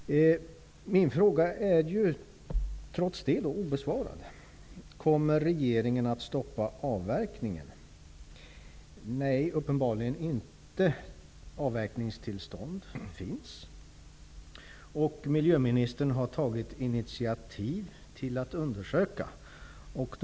Herr talman! Jag tackar miljöministern för det utförliga svaret. Det finns onekligen en viss spännvidd i utgångspunkterna bland dem som har ställt frågor om Njakafjäll. Det gör att det naturligtvis var nödvändigt med ett utförligt svar. Frågan är trots det obesvarad. Kommer regeringen att stoppa avverkningen? Nej, uppenbarligen inte. Avverkningstillstånd finns. Miljöministern har nu tagit initiativ till att undersöka frågan.